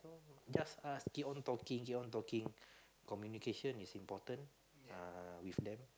just ask keep on talking keep on talking communication is important uh with them